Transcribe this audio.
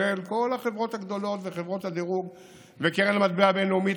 כל החברות הגדולות וחברות הדירוג וקרן המטבע בין-לאומית,